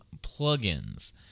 plugins